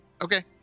Okay